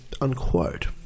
Unquote